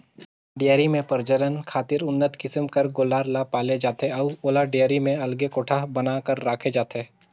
dairy में प्रजनन खातिर उन्नत किसम कर गोल्लर ल पाले जाथे अउ ओला डेयरी में अलगे कोठा बना कर राखे जाथे